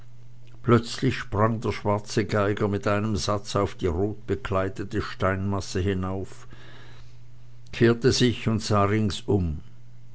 plötzlich sprang der schwarze geiger mit einem satze auf die rotbekleidete steinmasse hinauf kehrte sich und sah ringsum